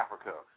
Africa